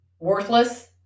worthless